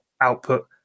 output